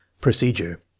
Procedure